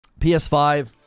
ps5